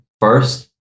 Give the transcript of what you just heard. first